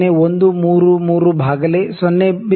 00133 ಭಾಗಲೇ 0